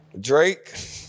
Drake